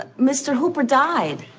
and mr. hooper died?